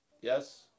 Yes